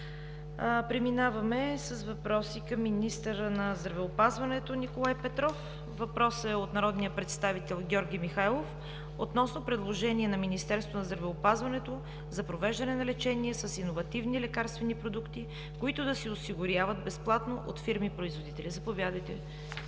Преминаваме с въпроси към министъра на здравеопазването проф. Николай Петров. Въпросът е от народния представител Георги Михайлов относно предложение на Министерството на здравеопазването за провеждане на лечение с иновативни лекарствени продукти, които да се осигуряват безплатно от фирми-производители. Заповядайте,